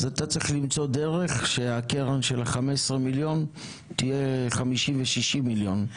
אז אתה צריך למצוא דרך שהקרן של ה-15 מיליון תהיה 50-60 מיליון.